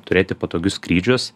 turėti patogius skrydžius